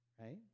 right